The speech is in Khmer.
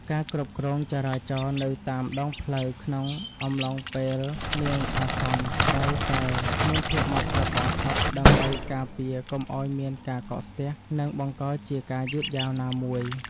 ការគ្រប់គ្រងចរាចរណ៍នៅតាមដងផ្លូវក្នុងអំឡុងពេលមានអាសន្នត្រូវតែមានភាពហ្មត់ចត់បំផុតដើម្បីការពារកុំឱ្យមានការកកស្ទះ និងបង្កជាការយឺតយ៉ាវណាមួយ។